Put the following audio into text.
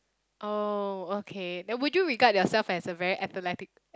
oh okay then would you regard yourself as a very athletic